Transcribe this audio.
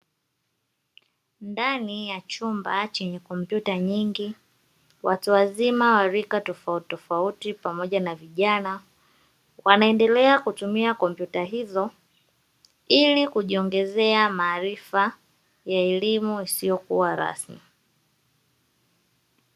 Ndani ya chumba chenye kompyuta nyingi, watu wazima wa rika tofautitofauti pamoja na vijana wanaendelea kutumia kompyuta hizo, ili kujiongezea maarifa ya elimu isiyo kuwa rasmi.